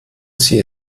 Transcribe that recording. sie